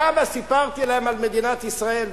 כמה סיפרתי להם על מדינת ישראל,